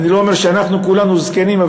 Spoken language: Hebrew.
אני לא אומר שאנחנו כולנו זקנים,